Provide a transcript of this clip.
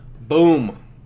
Boom